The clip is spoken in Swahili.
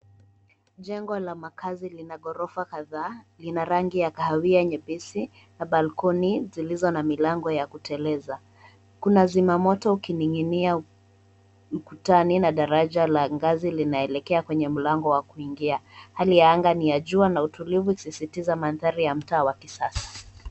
Jengo la makazi lina ghorofa kadhaa . Lina rangi ya kahawia nyepesi na balkoni zilizo na milango ya kuteleza. Kuna zima moto ukining'inia ukutani na daraja la ngazi linaelekea kwenye mlango wa kuingia. Hali ya anga ni ya jua na utulivu ikisisitiza mandhari ya mtaa wa kisasa.